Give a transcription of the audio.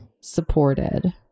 supported